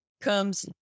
comes